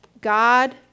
God